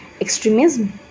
extremism